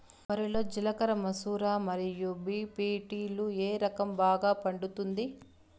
వరి లో జిలకర మసూర మరియు బీ.పీ.టీ లు ఏ రకం బాగా పండుతుంది